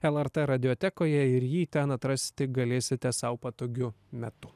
lrt radiotekoje ir jį ten atrasti galėsite sau patogiu metu